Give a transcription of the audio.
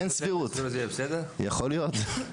אין סבירות, יכול להיות.